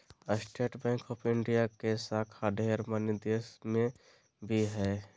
state Bank of India के शाखा ढेर मनी देश मे भी हय